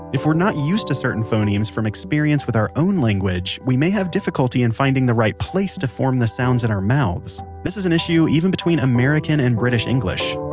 if we're not used to certain phonemes from experience with our own languages, we may have difficulty in finding the right place to form the sounds in our mouths. this is an issue even between american and british english